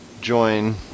join